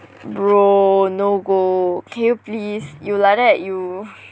bro no go can you please you like that you